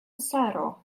saro